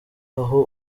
aho